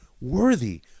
worthy